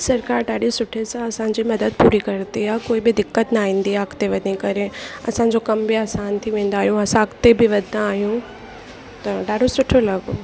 सरकारि ॾाढी सुठे सां असांजी मदद पूरी कंदी आहे कोई बि दिक़त न ईंदी आहे अॻिते वञी करे असांजो कम बि आसानु थी वेंदा आहियूं असां अॻिते बि वधंदा आहियूं त ॾाढो सुठो लॻो